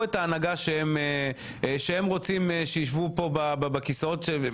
את ההנהגה אותה הם רוצים שתשב כאן בבית הזה,